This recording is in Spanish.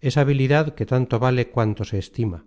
es habilidad que tanto vale cuanto se estima